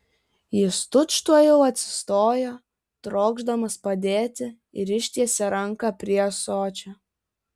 jis tučtuojau atsistojo trokšdamas padėti ir ištiesė ranką prie ąsočio